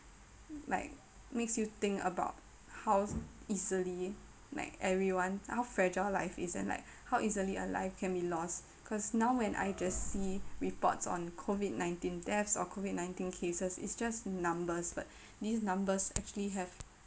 like makes you think about how easily like everyone how fragile life is and like how easily a life can be lost cause now when I just see reports on COVID nineteen deaths or COVID nineteen cases it's just numbers but these numbers actually have